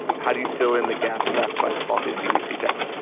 how do you fill in the gap left by the faulty cdc tests?